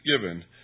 given